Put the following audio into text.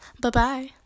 Bye-bye